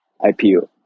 ipo